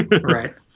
Right